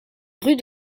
rue